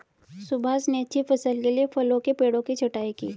सुभाष ने अच्छी फसल के लिए फलों के पेड़ों की छंटाई की